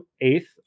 eighth